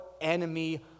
enemy